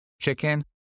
Chicken